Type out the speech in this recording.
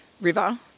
River